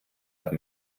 habe